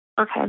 Okay